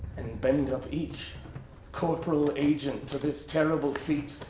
and bend up each corporal agent to this terrible feat.